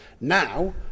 Now